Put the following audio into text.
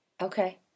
Okay